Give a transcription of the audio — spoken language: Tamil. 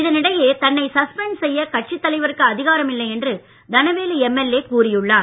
இதனிடையே தன்னை சஸ்பெண்ட் செய்ய கட்சி தலைவருக்கு அதிகாரமில்லை என்று தனவேலு எம்எல்ஏ கூறியுள்ளார்